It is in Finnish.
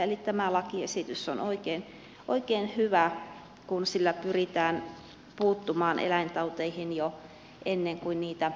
eli tämä lakiesitys on oikein hyvä kun sillä pyritään puuttumaan eläintauteihin jo ennen kuin niitä syntyykään